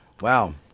Wow